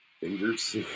fingers